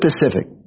specific